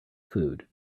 food